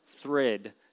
thread